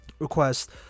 request